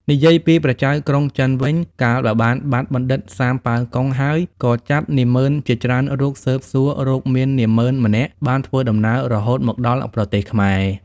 និយាយពីព្រះចៅក្រុងចិនវិញ កាលបើបាត់បណ្ឌិតសាមប៉ាវកុងហើយក៏ចាត់នាហ្មឺនជាច្រើនរូបស៊ើបសួររកមាននាហ្មឺនម្នាក់បានធ្វើដំណើររហូតមកដល់ប្រទេសខ្មែរ